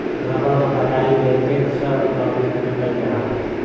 rubber क कटाई latex क रूप में कइल जाला